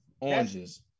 oranges